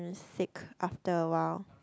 fake after awhile